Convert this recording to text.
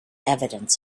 evidence